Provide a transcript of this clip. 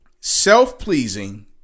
self-pleasing